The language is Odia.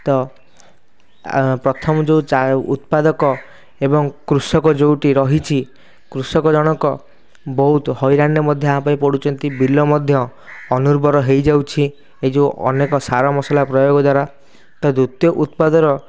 ତ ପ୍ରଥମ ଯେଉଁ ଉତ୍ପାଦକ ଏବଂ କୃଷକ ଯେଉଠି ରହିଛି କୃଷକ ଜଣଙ୍କ ବହୁତ ହଇରାଣରେ ମଧ୍ୟ ୟା ପାଇଁ ପଡ଼ୁଛନ୍ତି ବିଲ ମଧ୍ୟ ଅର୍ନୁବର ହୋଇଯାଉଛି ଏଇ ଯେଉଁ ଅନେକ ସାର ମସଲା ପ୍ରୟୋଗ ଦ୍ୱାରା ତ ଦ୍ୱିତୀୟ ଉତ୍ପାଦର